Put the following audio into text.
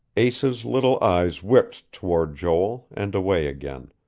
asa's little eyes whipped toward joel, and away again.